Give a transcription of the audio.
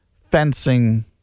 fencing